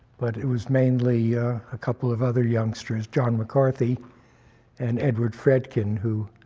but it was mainly a couple of other youngsters, john mccarthy and edward fredkin, who